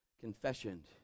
Confession